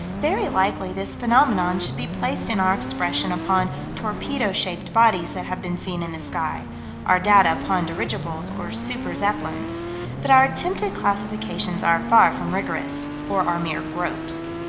very likely this phenomenon should be placed in our expression upon torpedo-shaped bodies that have been seen in the sky our data upon dirigibles, or super-zeppelins but our attempted classifications are far from rigorous or are mere gropes.